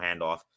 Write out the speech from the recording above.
handoff